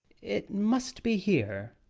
it must be here,